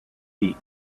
feet